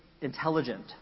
intelligent